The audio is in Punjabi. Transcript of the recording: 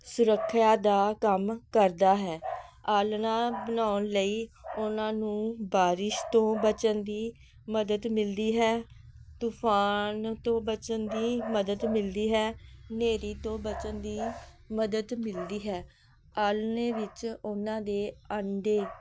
ਸੁਰੱਖਿਆ ਦਾ ਕੰਮ ਕਰਦਾ ਹੈ ਆਲ੍ਹਣਾ ਬਣਾਉਣ ਲਈ ਉਹਨਾਂ ਨੂੰ ਬਾਰਿਸ਼ ਤੋਂ ਬਚਣ ਦੀ ਮਦਦ ਮਿਲਦੀ ਹੈ ਤੂਫਾਨ ਤੋਂ ਬਚਣ ਦੀ ਮਦਦ ਮਿਲਦੀ ਹੈ ਹਨੇਰੀ ਤੋਂ ਬਚਣ ਦੀ ਮਦਦ ਮਿਲਦੀ ਹੈ ਆਲ੍ਹਣੇ ਵਿੱਚ ਉਹਨਾਂ ਦੇ ਅੰਡੇ